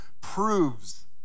proves